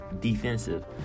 defensive